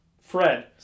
Fred